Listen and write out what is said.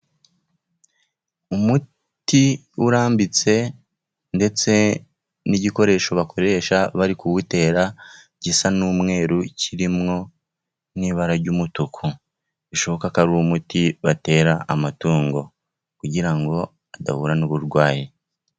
Umuti urambitse ndetse n'igikoresho bakoresha bari kuwutera gisa n'umweru kirimo n'ibara ry'umutuku. Bishoboka ko ari umuti batera amatungo kugira ngo adahura n'uburwayi.